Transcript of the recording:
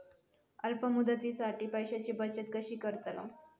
अल्प मुदतीसाठी पैशांची बचत कशी करतलव?